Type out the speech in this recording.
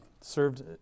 served